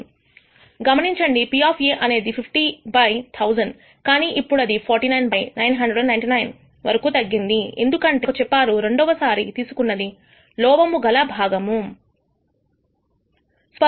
గమనించండి P అనేది 50 by 1000 కానీ ఇప్పుడది 49 బై 999 వరకు తగ్గింది ఎందుకంటే మీరు నాకు చెప్పారు రెండోసారి తీసుకున్నది లోపం గల భాగము అని